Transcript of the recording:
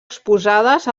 exposades